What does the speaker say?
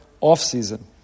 off-season